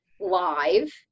live